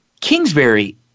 Kingsbury